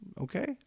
okay